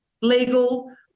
Legal